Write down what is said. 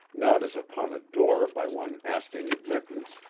not as upon a door by one asking admittance,